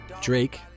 Drake